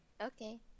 Okay